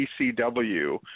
PCW